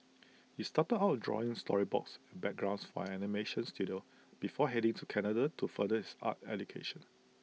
he started out drawing storyboards and backgrounds for animation Studio before heading to Canada to further his art education